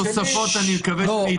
------ הנוספות אני מקווה שזה